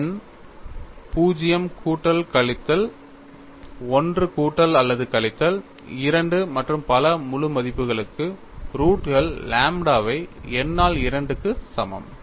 n 0 கூட்டல் அல்லது கழித்தல் 1 கூட்டல் அல்லது கழித்தல் 2 மற்றும் பல முழு மதிப்புகளுக்கு ரூட் கள் லாம்ப்டாவை n ஆல் 2 க்கு சமம்